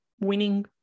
winning